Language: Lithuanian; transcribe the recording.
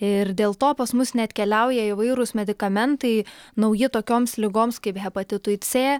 ir dėl to pas mus neatkeliauja įvairūs medikamentai nauji tokioms ligoms kaip hepatitui c